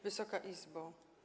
Wysoka Izbo!